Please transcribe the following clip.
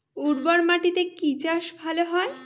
উর্বর মাটিতে কি চাষ ভালো হয়?